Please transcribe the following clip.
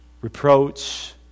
reproach